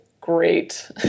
great